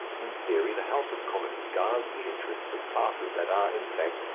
in theory the house of commons guards the interests of classes that are, in fact,